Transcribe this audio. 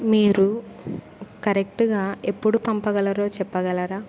మీరు కరెక్ట్గా ఎప్పుడు పంపగలరో చెప్పగలరా